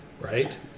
right